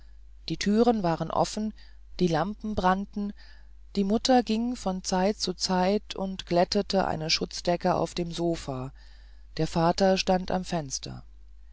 die türen waren offen die lampen brannten die mutter ging von zeit zu zeit und glättete eine schutzdecke auf dem sofa der vater stand am fenster